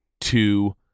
two